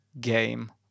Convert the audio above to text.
game